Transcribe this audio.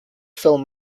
film